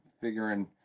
figuring